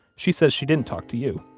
she says she didn't talk to you.